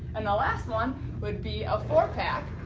and the last one would be a four pack.